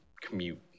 commute